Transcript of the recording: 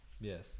Yes